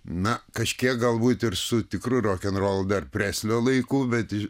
na kažkiek galbūt ir su tikru rokenrolu dar preslio laikų bet